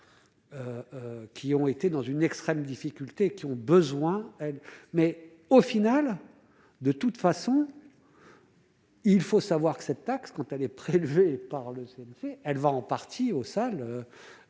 qui ont été dans une extrême difficulté qui ont besoin d'aide, mais au final, de toute façon. Il faut savoir que cette taxe quand elle est prélevée par le CNC, elle va en partie au sol